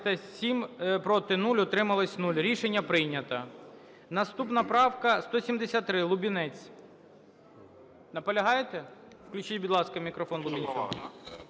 Проти – 0, утримались – 0. Рішення прийнято. Наступна правка 173, Лубінець. Наполягаєте? Включіть, будь ласка, мікрофон.